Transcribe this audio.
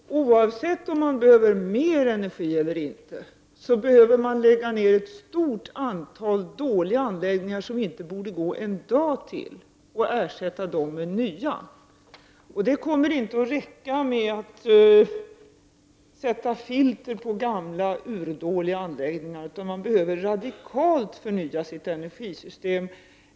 Herr talman! Oavsett om man behöver mer energi eller inte behöver man lägga ner ett stort antal dåliga anläggningar, som inte borde gå en dag till, och ersätta dem med nya. Det kommer inte att räcka med att sätta filter på gamla urdåliga anläggningar, utan man behöver radikalt förnya sitt energisystem.